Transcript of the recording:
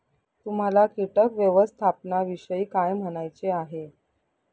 तुम्हाला किटक व्यवस्थापनाविषयी काय म्हणायचे आहे?